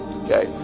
okay